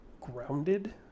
grounded